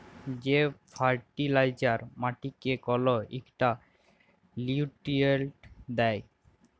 যে ফার্টিলাইজার মাটিকে কল ইকটা লিউট্রিয়েল্ট দ্যায়